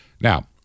Now